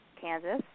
Kansas